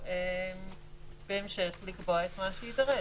(ב)הממשלה רשאית,